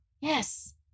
Yes